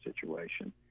situation